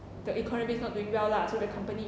the economy is not doing well lah so the company